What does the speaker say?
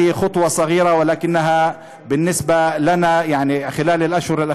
זה הוא צעד קטן אבל הוא מבחינתנו, יעני, במהלך